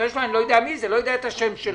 אני לא יודע את השם שלו,